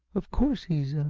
of course he's up.